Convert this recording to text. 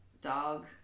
dog